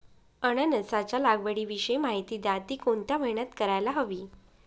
अननसाच्या लागवडीविषयी माहिती द्या, ति कोणत्या महिन्यात करायला हवी?